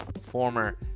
former